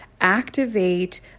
activate